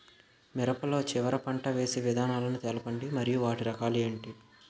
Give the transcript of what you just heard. మిరప లో చివర పంట వేసి విధానాలను తెలపండి మరియు వాటి రకాలు ఏంటి